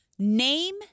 Name